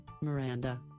Miranda